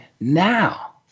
now